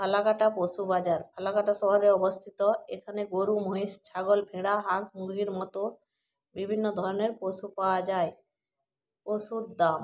ফালাকাটা পশু বাজার ফালাকাটা শহরে অবস্থিত এখানে গরু মহিষ ছাগল ভেড়া হাঁস মুরগির মতো বিভিন্ন ধরনের পশু পাওয়া যায় পশুর দাম